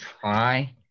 try